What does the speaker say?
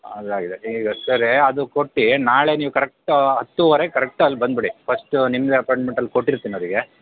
ಅದು ಆಗಿದೆ ಈಗ ಸರಿ ಅದು ಕೊಟ್ಟು ನಾಳೆ ನೀವು ಕರೆಕ್ಟು ಹತ್ತೂವರೆಗೆ ಕರೆಕ್ಟು ಅಲ್ಲಿ ಬಂದುಬಿಡಿ ಫಸ್ಟು ನಿಮ್ಮದೇ ಅಪಾಯಿಂಟ್ಮೆಂಟ್ ಅಲ್ಲಿ ಕೊಟ್ಟಿರ್ತೀನಿ ಅವರಿಗೆ